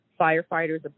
firefighters